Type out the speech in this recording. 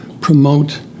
promote